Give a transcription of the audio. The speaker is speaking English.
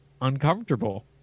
uncomfortable